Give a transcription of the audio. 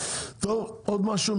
עוד משהו?